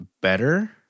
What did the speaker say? better